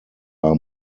are